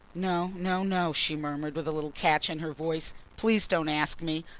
no, no, no, she murmured with a little catch in her voice. please don't ask me!